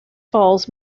falls